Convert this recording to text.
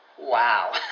Wow